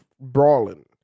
brawling